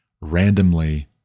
randomly